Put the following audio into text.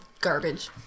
garbage